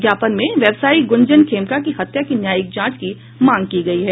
ज्ञापन में व्यवसायी गुंजन खेमका की हत्या की न्यायिक जांच की मांग की गयी है